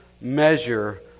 measure